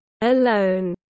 alone